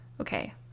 okay